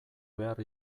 behar